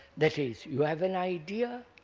that is, you have an idea,